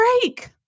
break